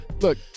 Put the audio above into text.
Look